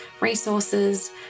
resources